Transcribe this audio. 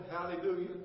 hallelujah